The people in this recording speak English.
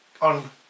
on